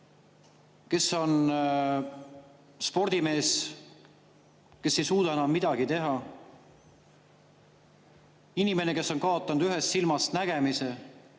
kes on olnud spordimees, ei suuda enam midagi teha. Inimene, kes on kaotanud ühest silmast nägemise.